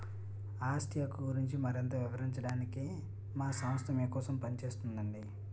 ఆస్తి హక్కు గురించి మరింత వివరించడానికే మా సంస్థ మీకోసం పనిచేస్తోందండి